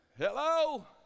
Hello